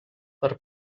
per